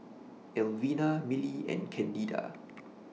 Elvina Millie and Candida